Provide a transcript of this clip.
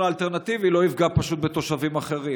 האלטרנטיבי לא יפגע בתושבים אחרים.